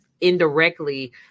indirectly